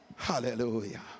Hallelujah